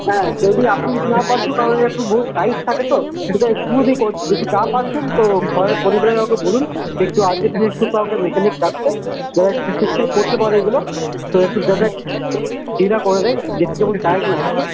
হ্যাঁ যদি আপনি যদি না পারতেন তাহলে একটু বহুত টাইট থাকে তো একটু স্ক্রু দিয়ে যদি না পারছেন তো হয় ঘরের পরিবারের কাউকে বলুন একটু আজকের দিনে একটু তো আমাকে মেকানিক ডাকতে যে ঠিকঠাক করতে পারে এগুলো তো একটু তাদের যেটা করবে দেখবেন টাইট না থাকে